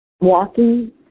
walking